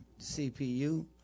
CPU